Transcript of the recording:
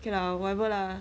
okay lah whatever lah